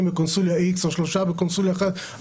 בקונסוליה מסוימת או שלושה אנשים בקונסוליה אחרת,